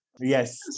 Yes